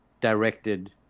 directed